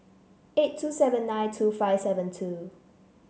eight two seven nine two five seven two